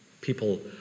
people